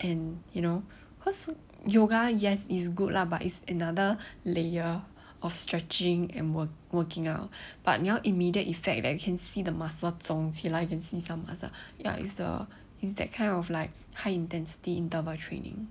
and you know cause yoga yes is good lah but it's another layer of stretching and working out but 你要 immediate effect that you can see the muscle 重起来 you can see some muscle ya it's the it's that kind of like high intensity interval training